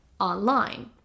online